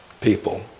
people